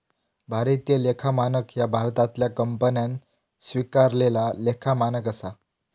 भारतीय लेखा मानक ह्या भारतातल्या कंपन्यांन स्वीकारलेला लेखा मानक असा